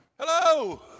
Hello